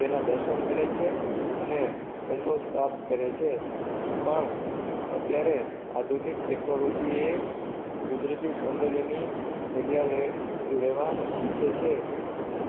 તેના દર્શન કરે છે અને સંતોષ પ્રાપ્ત કરે છે પણ અત્યારે આધુનિક ટેકનોલોજીએ કુદરતી સોંદર્યની જગ્યા લેવા ઈચ્છે છે